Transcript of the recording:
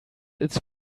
its